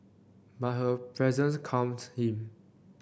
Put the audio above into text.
but her presence calmed him